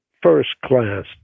first-class